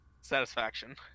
Satisfaction